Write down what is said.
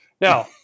Now